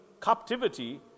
captivity